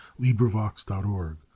LibriVox.org